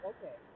Okay